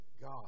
God